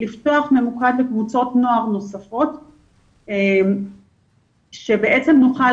לפתוח ממוקד לקבוצות נוער נוספות שבעצם נוכל